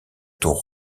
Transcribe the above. tour